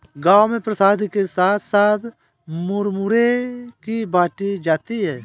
गांव में प्रसाद के साथ साथ मुरमुरे ही बाटी जाती है